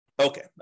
Okay